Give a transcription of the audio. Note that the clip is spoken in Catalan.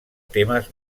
temes